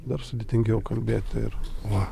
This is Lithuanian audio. dar sudėtingiau kalbėti ir va